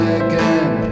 again